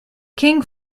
king